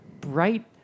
bright